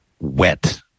wet